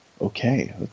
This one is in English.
Okay